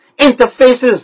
interfaces